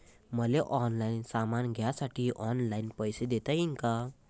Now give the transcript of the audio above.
मले ऑनलाईन सामान घ्यासाठी ऑनलाईन पैसे देता येईन का?